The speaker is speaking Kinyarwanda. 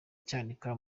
cyanika